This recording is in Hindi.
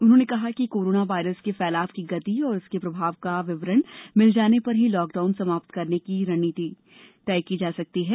उन्होंने कहा कि कोरोना वायरस के फैलाव की गति और इसके प्रभाव का विवरण मिल जाने पर ही लॉकडाउन समाप्त करने की रणनीति तय की जा सकती है